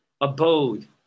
abode